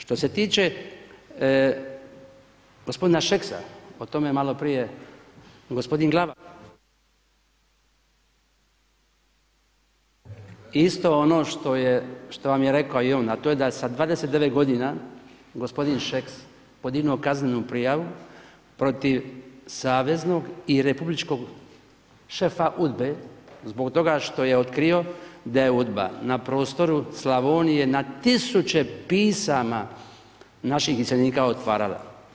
Što se tiče gospodina Šeksa, o tome je malo prije gospodin Glavaš … [[Govornik isključen, ne čuje se.]] isto ono što vam je rekao i on, a to je da je sa 29 godina gospodin Šeks podignuo kaznenu prijavu protiv saveznog i republičkog šefa UDBA-e zbog toga što je otkrio da je UDBA na prostoru Slavonije na tisuće pisama naših iseljenika otvarala.